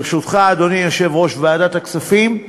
ברשותך, אדוני יושב-ראש ועדת הכספים,